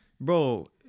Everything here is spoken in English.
Bro